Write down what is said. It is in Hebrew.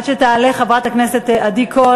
עד שתעלה חברת הכנסת עדי קול,